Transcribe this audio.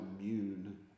immune